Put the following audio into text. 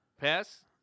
Pass